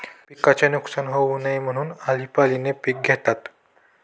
पिकाचे नुकसान होऊ नये म्हणून, आळीपाळीने पिक घेतात